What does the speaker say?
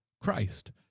Christ